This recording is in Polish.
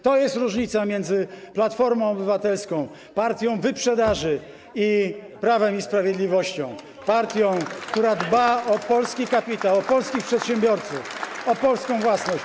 To jest różnica między Platformą Obywatelską, partią wyprzedaży, a Prawem i Sprawiedliwością, partią, która dba o polski kapitał, o polskich przedsiębiorców, o polską własność.